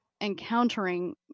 encountering